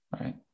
right